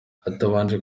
atabanje